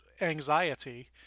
anxiety